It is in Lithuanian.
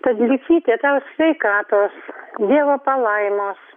tad liusyte tau sveikatos dievo palaimos